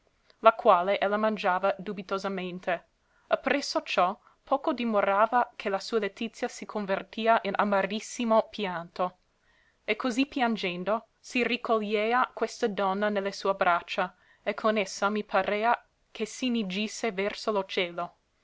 la quale ella mangiava dubitosamente appresso ciò poco dimorava che la sua letizia si convertia in amarissimo pianto e così piangendo si ricogliea questa donna ne le sue braccia e con essa mi parea che si ne gisse verso lo cielo